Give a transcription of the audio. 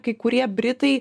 kai kurie britai